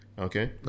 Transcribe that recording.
Okay